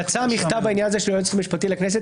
יצא מכתב בעניין הזה של היועצת המשפטית לכנסת,